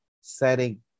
setting